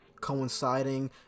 coinciding